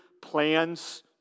plans